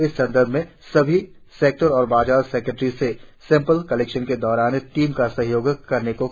इस संदर्भ में सभी सेक्तर और बाजार सेक्रेट्री से सेंपल कालेक्शन के दौरान टीम का सहयोग करने को कहा गया है